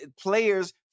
players